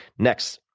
next.